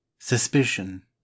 Suspicion